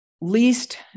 least